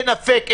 עין אפק,